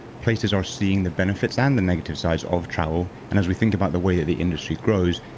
places are seeing the benefits and the negative sides of travel. and as we think about the way that the industry grows,